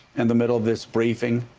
and the middle of this briefing.